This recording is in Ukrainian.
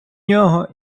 нього